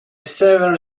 severe